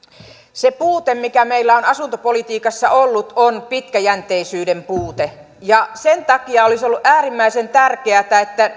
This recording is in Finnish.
se puute mikä meillä on asuntopolitiikassa ollut on pitkäjänteisyyden puute sen takia olisi ollut äärimmäisen tärkeätä että